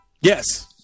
Yes